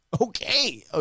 Okay